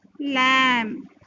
lamb